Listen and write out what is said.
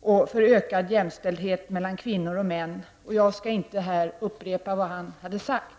och för ökad jämställdhet mellan kvinnor och män. Jag skall inte här upprepa vad han har sagt.